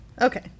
Okay